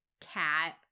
cat